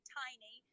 tiny